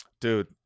Dude